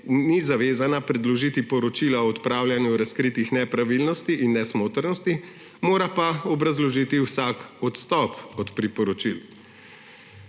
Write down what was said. ni zavezana predložiti poročila o odpravljanju razkritih nepravilnosti in nesmotrnosti, mora pa obrazložiti vsak odstop od priporočil.